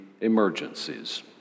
emergencies